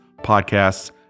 podcasts